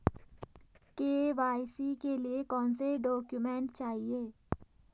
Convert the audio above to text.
KYC के लिए कौनसे डॉक्यूमेंट चाहिये?